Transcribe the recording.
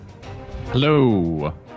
Hello